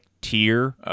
tier